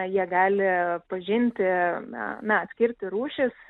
jie gali pažinti na na atskirti rūšis